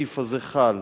הסעיף הזה חל